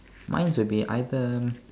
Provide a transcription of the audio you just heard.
mine's would be either